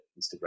Instagram